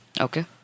okay